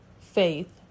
faith